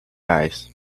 eyes